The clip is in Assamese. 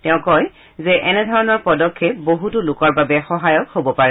তেওঁ কয় যে এনেধৰণৰ পদক্ষেপ বছতো লোকৰ বাবে সহায়ক হ'ব পাৰে